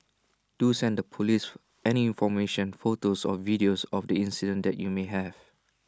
do send the Police any information photos or videos of the incident that you may have